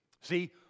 see